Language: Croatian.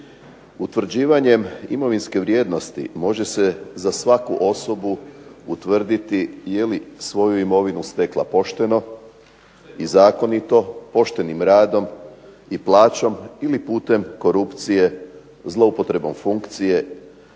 Utvrđivanjem imovinske vrijednosti može se za svaku osobu utvrdili jeli svoju imovinu stekla pošteno i zakonito, poštenim radom i plaćom ili putem korupcije, zloupotrebom funkcije,